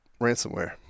ransomware